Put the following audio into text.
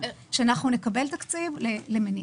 שאנחנו נקבל תקציב למניעה.